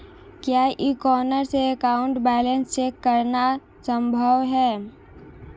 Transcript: क्या e corner से account balance check करना संभव है?